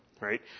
Right